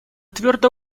твердо